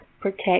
protect